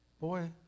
Boy